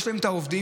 יש להם את העובדים,